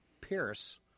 Pierce